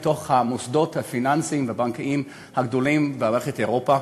אל תוך המוסדות הפיננסיים והבנקאיים הגדולים ביבשת אירופה,